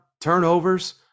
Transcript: turnovers